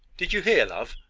did you hear, love?